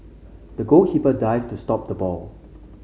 the goalkeeper dived to stop the ball